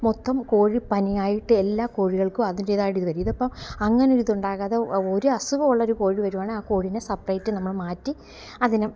മൊത്തം കോഴി പനിയായിട്ട് എല്ലാ കോഴികൾക്കും അതിൻ്റേതായിടത്ത് വരും ഇതെപ്പം അങ്ങനൊരിതുണ്ടാകാതെ ഒരു അസുഖം ഉള്ളൊരു കോഴി വരികയാണെ ആ കോഴീനെ സപ്രേറ്റ് നമ്മൾ മാറ്റി അതിനെ